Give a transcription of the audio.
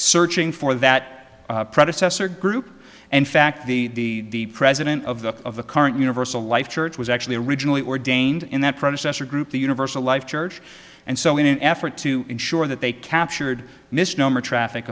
searching for that predecessor group and fact the president of the of the current universal life church was actually originally ordained in that predecessor group the universal life church and so in an effort to ensure that they captured misnomer traffic